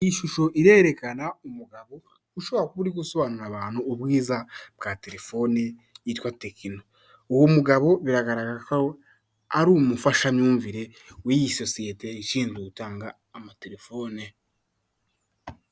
Ishusho irerekana umugabo ushobora uri gusobanurira abantu ubwiza bwa telefoni yitwa tekino, uwo mugabo biragaragara ko ari umufashamyumvire w'iyi sosiyete ishinzwe gutanga amatelefone.